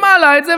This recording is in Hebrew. מעלה את זה,